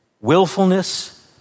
willfulness